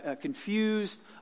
confused